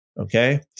Okay